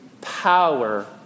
power